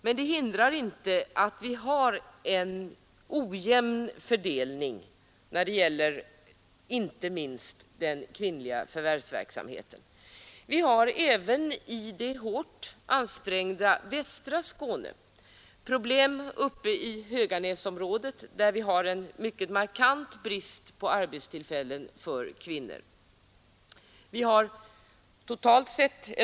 Men det hindrar inte att vi har en ojämn fördelning när det gäller inte minst den kvinnliga förvärvsverksamheten. Även i det hårt ansträngda västra Skåne har vi problem. Uppe i Höganäsområdet har vi en mycket markant brist på arbetstillfällen för kvinnor.